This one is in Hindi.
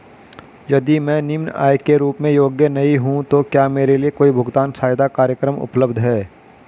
यदि मैं निम्न आय के रूप में योग्य नहीं हूँ तो क्या मेरे लिए कोई भुगतान सहायता कार्यक्रम उपलब्ध है?